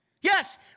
Yes